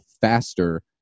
faster